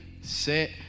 set